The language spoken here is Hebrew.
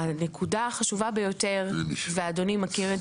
אלא הנקודה החשובה ביותר ואדוני מכיר את